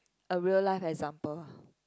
a real life example